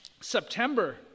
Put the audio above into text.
September